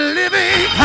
living